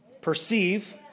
perceive